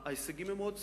ההישגים הם מאוד צנועים.